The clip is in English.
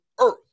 earth